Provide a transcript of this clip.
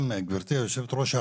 גברתי היושבת-ראש,